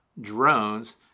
drones